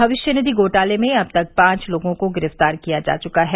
भविष्य निधि घोटाले में अब तक पांच लोगों को गिरफ्तार किया जा चुका है